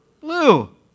Blue